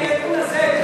אני בעד האי-אמון הזה.